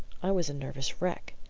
i was a nervous wreck.